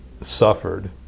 suffered